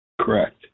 Correct